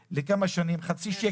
רשמתי כמה נקודות שעלו, כי שמעתי אתכם